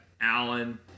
alan